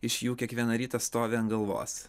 iš jų kiekvieną rytą stovi ant galvos